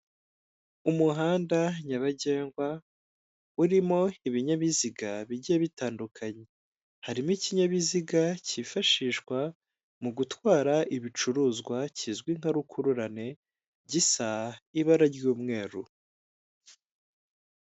Umuhanda nyabagendwa urimo ibinyabiziga bigiye bitandukanye harimo ikinyabiziga cyifashishwa mu gutwara ibicuruzwa kizwi nka rukururana gisa ibara ry'umweru.